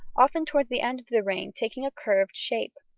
often towards the end of the reign taking a curved shape.